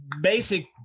basic